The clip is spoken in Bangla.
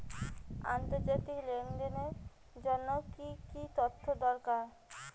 আন্তর্জাতিক লেনদেনের জন্য কি কি তথ্য দরকার?